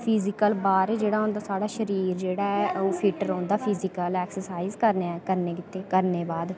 physical बाहरें जेह्ड़ा होंदा साढ़ा शरीर जेह्ड़ा ऐ ओह् फिट रौंह्दा फिजिकल एक्सरसाइज करने गित्तै करने दे बाद